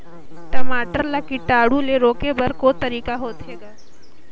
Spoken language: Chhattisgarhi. टमाटर ला कीटाणु ले रोके बर को तरीका होथे ग?